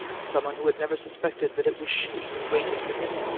someone who had never suspected that it was she who waited for him.